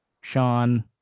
Sean